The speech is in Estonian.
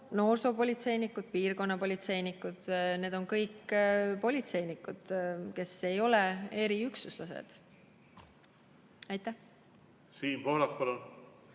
noorsoopolitseinikud, piirkonnapolitseinikud. Need on kõik politseinikud, kes ei ole eriüksuslased. Aitäh! Minule